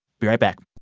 be right back